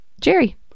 Jerry